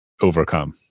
overcome